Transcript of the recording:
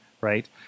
Right